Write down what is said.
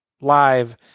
live